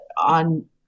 on